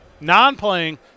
non-playing